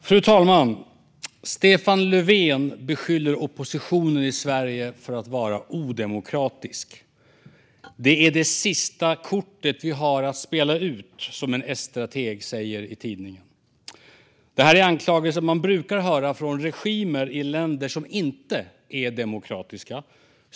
Fru talman! Stefan Löfven beskyller oppositionen i Sverige för att vara odemokratisk. Det är det sista kortet vi har att spela ut, som en S-strateg säger i tidningen. Det här är anklagelser man brukar höra från regimer i länder som inte är demokratiska.